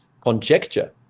conjecture